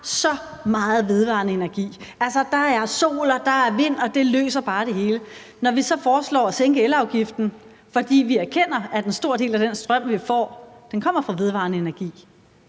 så meget vedvarende energi – der er sol- og vindenergi, og det løser bare det hele – men når vi så foreslår at sænke elafgiften, fordi vi erkender, at en stor del af den strøm, vi får, kommer fra vedvarende energi,